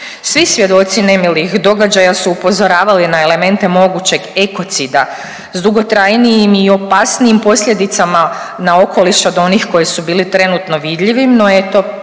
Svi svjedoci nemilih događaja su upozoravali na elemente mogućeg ekocida s dugotrajnijim i opasnijim posljedicama na okoliš od onih koji su bili trenutno vidljivi, no eto